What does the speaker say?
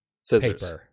Scissors